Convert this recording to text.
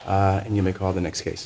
and you may call the next case